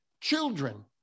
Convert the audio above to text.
children